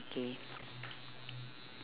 okay